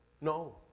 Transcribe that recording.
no